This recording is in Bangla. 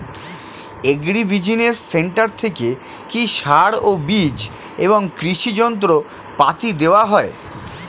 এগ্রি বিজিনেস সেন্টার থেকে কি সার ও বিজ এবং কৃষি যন্ত্র পাতি দেওয়া হয়?